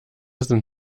sind